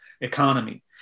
economy